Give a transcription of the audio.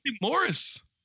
Morris